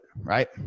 right